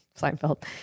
Seinfeld